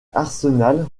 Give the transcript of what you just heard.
arsenal